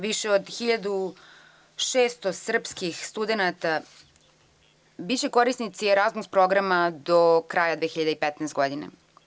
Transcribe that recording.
Više od 1.600 srpskih studenata biće korisnici raznih programa do kraja 2015. godine.